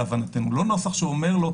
להבנתנו; לא נוסח שאומר לו,